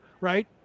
right